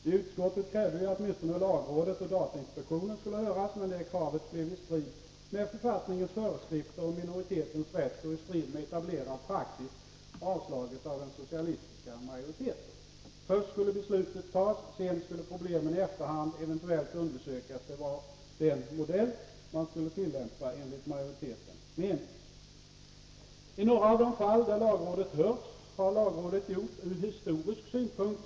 I utskottet krävde vi att Nr 25 åtminstone lagrådet och datainspektionen skulle höras, men det kravet blev i Onsdagen den strid med författningens föreskrifter om minoritetens rätt och i strid med — 16 november 1983 etablerad praxis avslaget av den socialdemokratiska majoriteten. Först skulle beslutet tas, sedan skulle problemen i efterhand eventuellt undersökas — Beredning av regedet var den modell man skulle tillämpa enligt majoritetens mening. ringsärenden I några av de fall där lagrådet hörts har lagrådet gjort ur historisk synpunkt —».